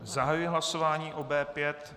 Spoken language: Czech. Zahajuji hlasování o B5.